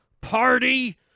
party